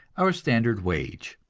our standard wage.